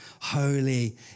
holy